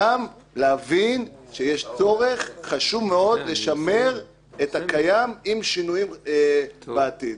גם להבין שיש צורך חשוב מאוד לשמר את הקיים עם שינויים בעתיד.